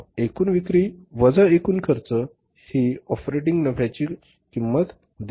एकूण विक्री वजा एकूण खर्च ऑपरेटिंग नफ्याची किंमत देते